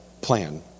Plan